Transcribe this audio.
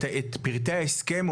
את פרטי ההסכם,